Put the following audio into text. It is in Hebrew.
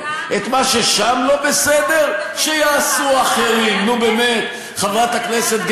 הוועדה הספציפית הזאת מדברת על חברי הכנסת ולא על השופטים.